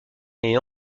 est